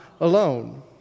alone